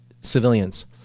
civilians